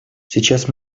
сейчас